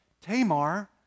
Tamar